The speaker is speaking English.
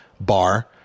bar